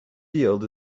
field